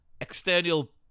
external